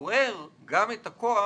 גורר גם את הכוח